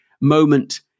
moment